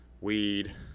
weed